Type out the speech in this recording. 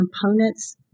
components